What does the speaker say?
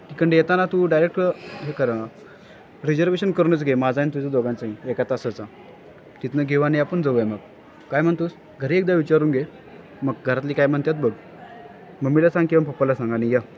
तिकडं येताना तू डायरेक्ट हे कर रिजर्वेशन करूनच घे माझं आहे ना तुझं दोघांचंही एका तासाचा तिथनं घेऊ आणि आपण जाऊया मग काय म्हणतोच घरी एकदा विचारून घे मग घरातली काय म्हणतात बघ मम्मीला सांग किंवा पप्पाला सांग आणि ये